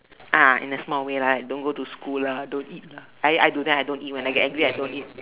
ah in the small way like don't go to school lah don't eat lah I I do that I don't eat when I get angry I don't eat